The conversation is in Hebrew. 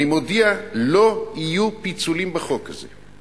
אני מודיע: לא יהיו פיצולים בחוק הזה.